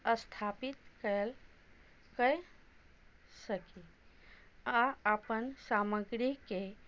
स्थापित कय कऽ सकी आ अपन सामग्रीके